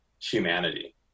humanity